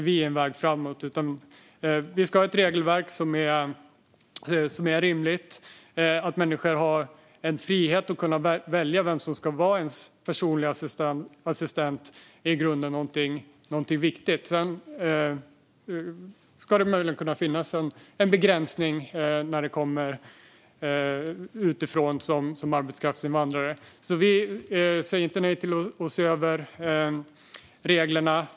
Vi ska ha ett regelverk som är rimligt. Att människor har en frihet att välja vem som ska vara ens personliga assistent är i grunden något viktigt. Sedan ska det möjligen finnas en begränsning när de kommer utifrån som arbetskraftsinvandrare. Vi säger inte nej till att se över reglerna.